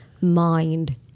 mind